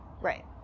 Right